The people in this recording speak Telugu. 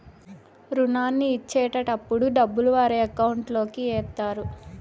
రుణాన్ని ఇచ్చేటటప్పుడు డబ్బులు వారి అకౌంట్ లోకి ఎత్తారు